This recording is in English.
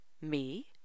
Me